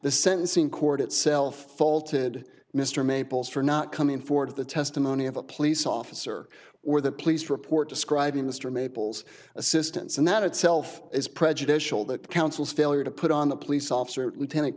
the sentencing court itself faulted mr maples for not coming forward the testimony of a police officer or the police report describing mr maples assistance and that itself is prejudicial that councils failure to put on the police officer lieutenant